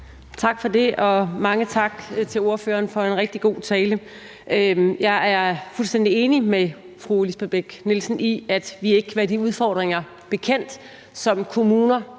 Tak for det, og mange tak til ordføreren for en rigtig god tale. Jeg er fuldstændig enig med fru Lisbeth Bech-Nielsen i, at vi ikke kan være de udfordringer bekendt, som kommuner